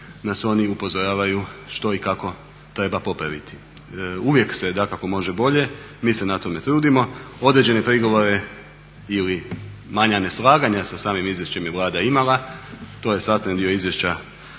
nas oni upozoravaju što i kako treba popraviti. Uvijek se dakako može bolje, mi se na tome trudimo. Određene prigovore ili manja neslaganja sa samim izvješćem je Vlada imala, to je sastavni dio izvješća